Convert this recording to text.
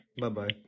Bye-bye